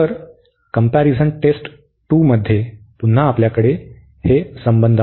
तर comparison test 2 मध्ये पुन्हा आपल्याकडे हे संबंध आहेत